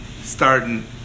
starting